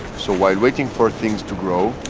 so while waiting for things to grow,